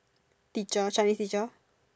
teacher our Chinese teacher